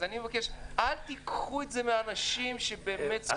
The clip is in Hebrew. אז אני מבקש: אל תיקחו את זה מהאנשים שבאמת זקוקים לזה.